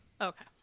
Okay